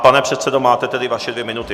Pane předsedo, máte tedy svoje dvě minuty.